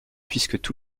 puisque